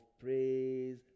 praise